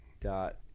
Dot